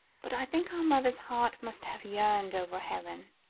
but i think our mother's heart must have yearned over helen,